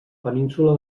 península